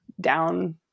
down